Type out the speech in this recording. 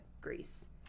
Greece